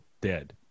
dead